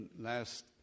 last